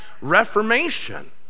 Reformation